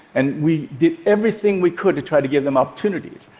and we did everything we could to try to give them opportunities.